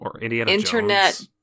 internet